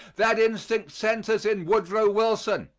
that instinct centers in woodrow wilson.